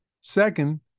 Second